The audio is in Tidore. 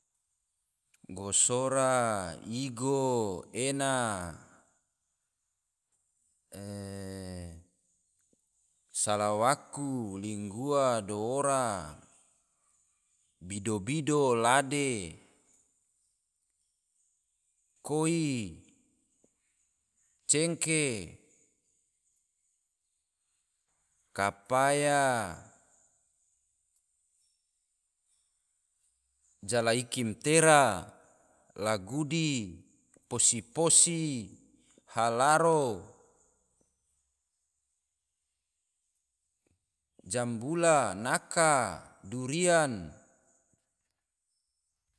Gosora, igo, ena, salawaku, linggua, dowora, bido-bido, lade, koi, cengke, kapaya, jalaiki ma tera, lagudi, posi-posi, halaro, jambula, naka, durian